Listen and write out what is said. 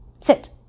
Sit